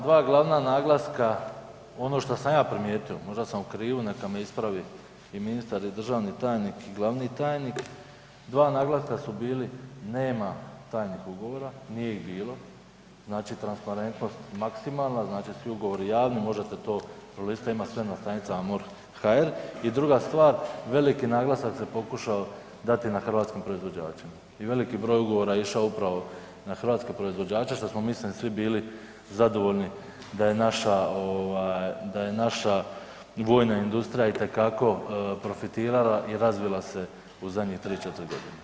Dva, dva glavna naglaska ono što sam ja primijetio, možda sam u krivu, neka me ispravi i ministar i državni tajnik i glavni tajnik, dva naglaska su bili nema tajnih ugovora, nije ih bilo, znači transparentnost maksimalna, znači svi ugovori javni, možete to prolistati, ima sve na stranicama morh.hr i druga stvar, veliki naglasak se pokušao dati na hrvatskim proizvođačima i veliki broj ugovora je išao upravo na hrvatske proizvođače, što smo mislim, svi bili zadovoljni da je naša vojna industrija itekako profitirala i razvila se u zadnje 3, 4 godine.